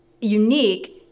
unique